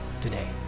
today